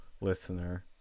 listener